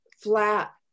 flat